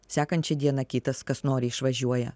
sekančią dieną kitas kas nori išvažiuoja